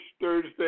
Thursday